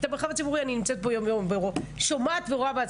הקמה של